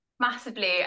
Massively